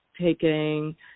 taking